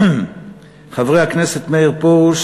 חברי הכנסת מאיר פרוש,